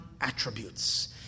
attributes